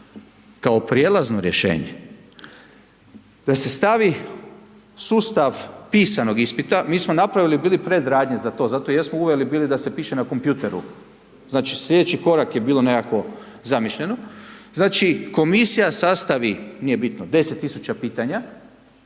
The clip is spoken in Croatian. kao prijelazno rješenje, da se stavi sustav pisanog ispita, mi smo napravili bili predradnje za to, zato jesmo uveli bili da se piše na kompjutoru, znači, slijedeći korak je bilo nekako zamišljeno. Znači, Komisija sastavi, nije bitno, 10 000 pitanja,